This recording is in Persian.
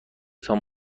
تان